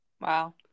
Wow